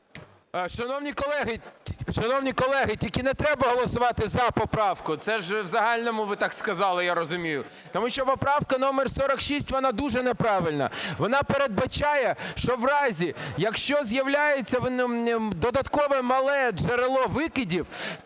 Шановні колеги, тільки не треба голосувати за поправку. Це ж в загальному ви так сказали, я розумію. Тому що поправка номер 46 - вона дуже неправильна. Вона передбачає, що в разі, якщо з'являється додаткове мале джерело викидів,